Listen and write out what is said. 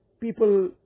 people